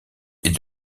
est